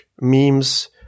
memes